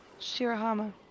Shirahama